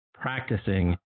practicing